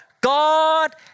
God